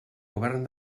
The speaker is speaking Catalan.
govern